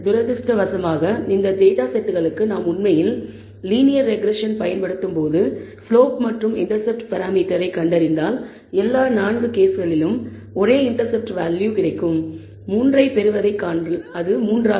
துரதிர்ஷ்டவசமாக இந்த டேட்டா செட்களுக்கு நாம் உண்மையில் லீனியர் ரெக்ரெஸ்ஸன் பயன்படுத்தும்போது ஸ்லோப் மற்றும் இண்டெர்செப்ட் பராமீட்டரை கண்டறிந்தால் எல்லா 4 கேஸ்களிலும் ஒரே இண்டெர்செப்ட் வேல்யூ 3 ஐ பெறுவதைக் காணலாம்